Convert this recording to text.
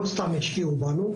לא סתם השקיעו בנו,